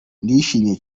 ndishimye